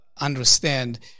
understand